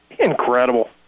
Incredible